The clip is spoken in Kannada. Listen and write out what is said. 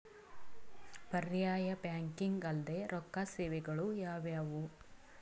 ಪರ್ಯಾಯ ಬ್ಯಾಂಕಿಂಗ್ ಅಲ್ದೇ ರೊಕ್ಕ ಸೇವೆಗಳು ಯಾವ್ಯಾವು?